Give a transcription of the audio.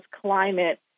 climate